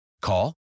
Call